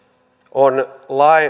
on